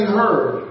heard